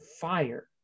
fire